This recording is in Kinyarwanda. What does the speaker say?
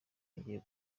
yongeye